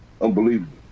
unbelievable